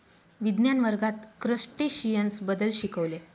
विज्ञान वर्गात क्रस्टेशियन्स बद्दल शिकविले